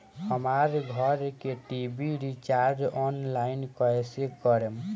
हमार घर के टी.वी रीचार्ज ऑनलाइन कैसे करेम?